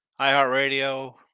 iHeartRadio